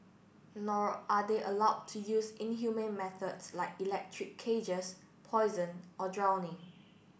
nor are they allowed to use inhumane methods like electric cages poison or drowning